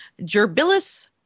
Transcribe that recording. Gerbilis